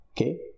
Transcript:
okay